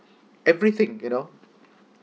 everything you know